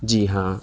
جی ہاں